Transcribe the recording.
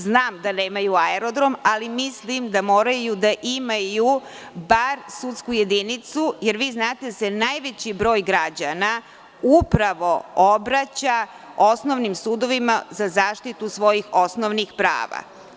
Znam da nemaju aerodrom, ali mislim da moraju da imaju bar sudsku jedinicu, jer vi znate da se najveći broj građana upravo obraća osnovnim sudovima za zaštitu svojih osnovnih prava.